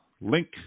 link